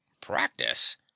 Practice